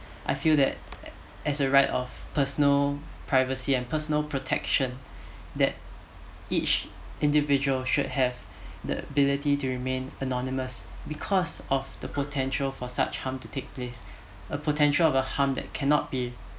I feel that as a right of personal privacy and personal protection that each individual should have the ability to remain anonymous because of the potential for such harm to take place a potential of a harm that cannot be